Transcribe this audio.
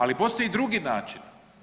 Ali postoji i drugi način.